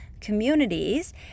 communities